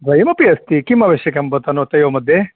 द्वयमपि अस्ति किमावश्यकं भवता तयोर्मध्ये